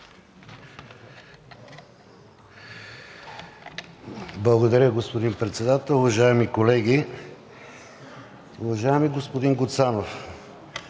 Благодаря, господин Председател. Уважаеми колеги! Уважаеми господин Гуцанов,